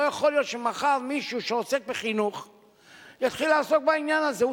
לא יכול להיות שמחר מישהו שעוסק בחינוך יתחיל לעסוק בעניין הזה.